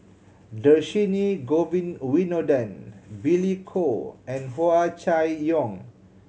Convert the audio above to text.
Dhershini Govin Winodan Billy Koh and Hua Chai Yong